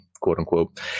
quote-unquote